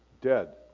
dead